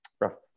rough